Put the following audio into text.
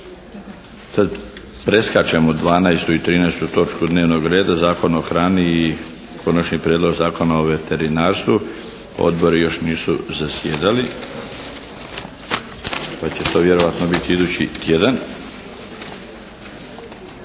reda. Preskačemo 12. i 13. točku dnevnog reda, Zakon o hrani i Konačni prijedlog Zakona o veterinarstvu, odbori još nisu zasjedali pa će to vjerojatno biti idući tjedan.